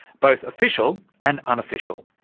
both official and unofficial.